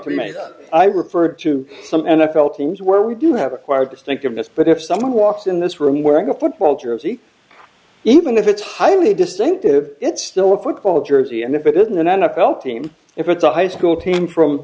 make i referred to some n f l teams where we do have acquired distinctiveness but if someone walks in this room wearing a football jersey even if it's highly distinctive it's still a football jersey and if it isn't an n f l team if it's a high school team from